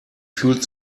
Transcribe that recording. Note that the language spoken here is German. fühlt